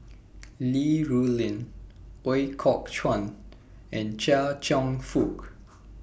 Li Rulin Ooi Kok Chuen and Chia Cheong Fook